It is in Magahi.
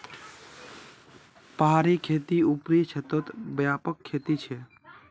पहाड़ी खेती ऊपरी क्षेत्रत व्यापक खेती छे